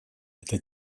это